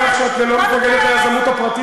קודם כול, אני שמח שאת לא מתנגדת ליזמות הפרטית.